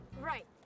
right